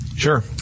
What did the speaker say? Sure